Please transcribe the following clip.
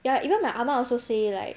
ya even my 阿嬷 also say like